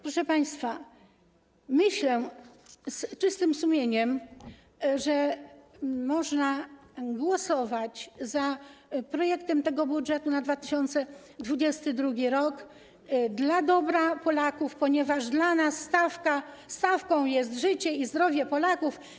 Proszę państwa, myślę, że z czystym sumieniem można głosować za projektem budżetu na 2022 r. dla dobra Polaków, ponieważ dla nas stawką jest życie i zdrowie Polaków.